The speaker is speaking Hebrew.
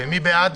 מי בעד?